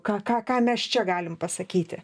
ką ką ką mes čia galim pasakyt